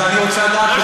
אז אני רוצה לדעת,